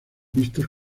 vistos